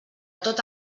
tot